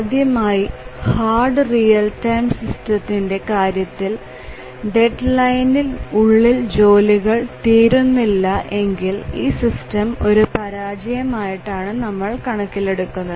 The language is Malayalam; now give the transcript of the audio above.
ആദ്യമായി ഹാർഡ് റിയൽ ടൈം സിസ്റ്റത്തിന്ടെ കാര്യത്തിൽ ഡെഡ് ലൈനിൻ ഉള്ളിൽ ജോലികൾ തീരുന്നില്ല എങ്കിൽ ഈ സിസ്റ്റം ഒരു പരാജയം ആയിട്ടാണ് നമ്മൾ കണക്കിലെടുക്കുന്നത്